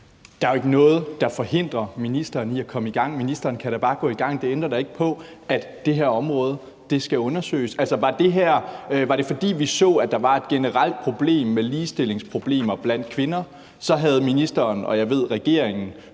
Der er jo ikke noget, der forhindrer ministeren i at komme i gang. Ministeren kan da bare gå i gang. Det ændrer da ikke på, at det her område skal undersøges. Så vi, at der var et generelt problem med ligestilling blandt kvinder, havde ministeren og regeringen,